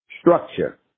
Structure